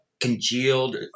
congealed